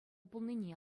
пулнине